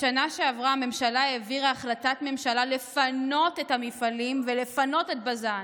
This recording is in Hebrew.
בשנה שעברה הממשלה העבירה החלטת ממשלה לפנות את המפעלים ולפנות את בז"ן.